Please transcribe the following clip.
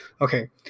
okay